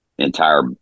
Entire